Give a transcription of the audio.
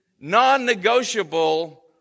non-negotiable